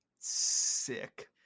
sick